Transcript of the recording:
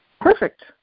perfect